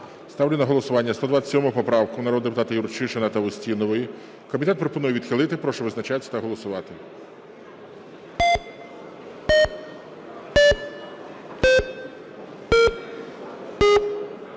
Ставлю на голосування 127 поправку народних депутатів Юрчишина та Устінової. Комітет пропонує відхилити. Прошу визначатись та голосувати.